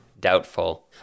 Doubtful